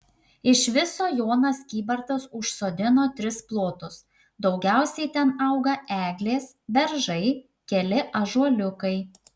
iš viso jonas kybartas užsodino tris plotus daugiausiai ten auga eglės beržai keli ąžuoliukai